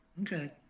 Okay